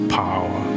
power